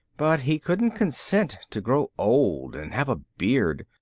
but he couldn't consent to grow old and have a beard,